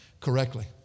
correctly